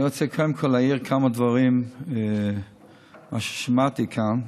אני רוצה קודם כול להעיר כמה דברים על מה ששמעתי כאן.